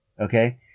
Okay